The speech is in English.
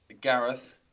gareth